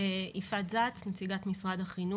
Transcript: יפעת נציגת משרד החינוך.